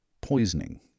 poisoning